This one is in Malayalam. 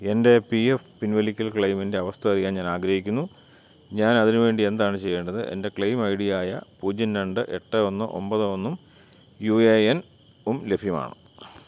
എൻ്റെ പി എഫ് പിൻവലിക്കൽ ക്ലെയിമിൻ്റെ അവസ്ഥ അറിയാൻ ഞാനാഗ്രഹിക്കുന്നു ഞാൻ അതിനുവേണ്ടി എന്താണ് ചെയ്യേണ്ടത് എൻ്റെ ക്ലെയിം ഐഡിയായ പൂജ്യം രണ്ട് എട്ട് ഒന്ന് ഒമ്പത് ഒന്നും യു എ എന്നും ലഭ്യമാണ്